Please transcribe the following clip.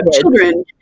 children